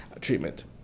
treatment